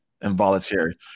involuntary